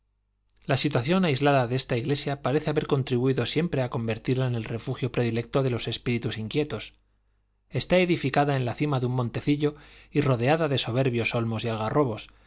la situación aislada de esta iglesia parece haber contribuído siempre a convertirla en el refugio predilecto de los espíritus inquietos está edificada en la cima de un montecillo y rodeada de soberbios olmos y algarrobos